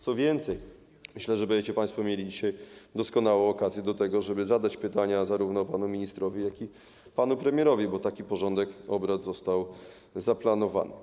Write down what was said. Co więcej, myślę, że będziecie państwo mieli dzisiaj doskonałą okazję do tego, żeby zadać pytania zarówno panu ministrowi, jak i panu premierowi, bo taki porządek obrad został zaplanowany.